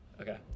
Okay